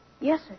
Yes